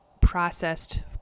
processed